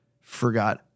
forgot